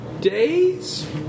days